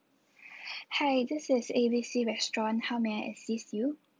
hi this is A B C restaurant how may I assist you